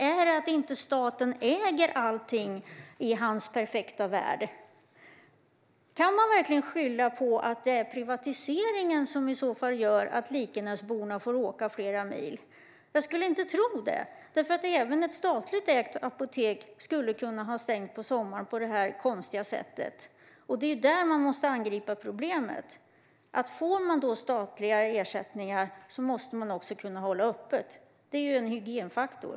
Är det att inte staten äger allting i hans perfekta värld? Kan man verkligen skylla på att det är privatiseringen som i så fall gör att Likenäsborna får åka flera mil? Jag skulle inte tro det, för även ett statligt ägt apotek skulle kunna ha stängt på sommaren på det här konstiga sättet. Det är där man måste angripa problemet. Får man statliga ersättningar måste man också kunna hålla öppet. Det är en hygienfaktor.